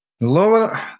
Lower